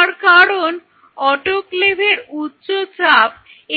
তার কারণ অটোক্লেভের উচ্চ চাপ